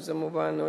וזה מובן,